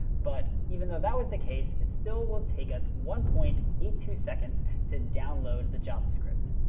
but even though that was the case, it still will take us one point eight two seconds to download the javascript.